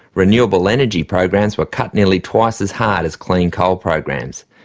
renewable energy programs were cut nearly twice as hard as clean coal programs.